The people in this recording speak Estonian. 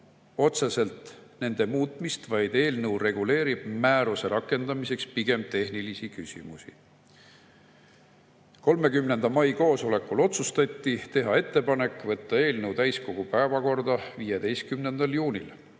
otseselt nende muutmist, vaid eelnõu reguleerib pigem määruse rakendamise tehnilisi küsimusi. 30. mai koosolekul otsustati teha ettepanek võtta eelnõu täiskogu päevakorda 15. juunil,